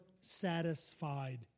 satisfied